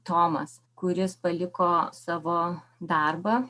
tomas kuris paliko savo darbą